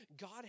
god